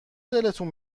دلتون